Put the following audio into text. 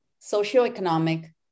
socioeconomic